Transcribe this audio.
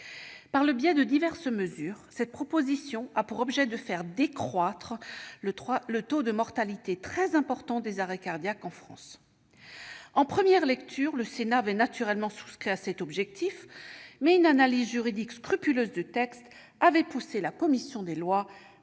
Par le biais de diverses mesures, la proposition de loi vise à faire décroître le taux de mortalité très important des arrêts cardiaques en France. En première lecture, le Sénat avait naturellement souscrit à cet objectif, mais une analyse juridique scrupuleuse avait conduit la commission des lois